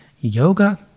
yoga